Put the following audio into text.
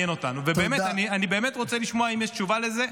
ואני באמת רוצה לשמוע אם יש תשובה לזה,